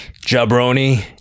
jabroni